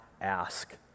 ask